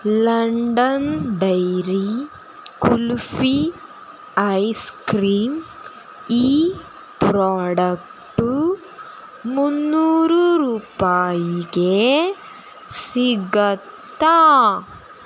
London dairy kulfi ice cream ಈ product ಮುನ್ನೂರು ರೂಪಾಯಿಗೆ ಸಿಗತ್ತಾ